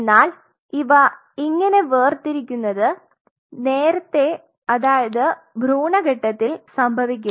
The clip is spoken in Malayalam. എന്നാൽ ഇവ ഇങ്ങനെ വേർതിരിക്കുന്നത് നേരത്തെ അതായത് ഭ്രൂണ ഘട്ടത്തിൽ സംഭവികില്ല